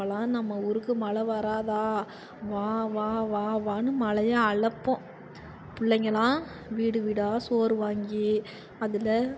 அப்போலாம் நம்ம ஊருக்கு மழ வராதா வா வா வா வான்னு மழைய அழப்போம் பிள்ளைங்கள்லாம் வீடு வீடாக சோறு வாங்கி அதில்